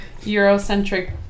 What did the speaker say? eurocentric